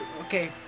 Okay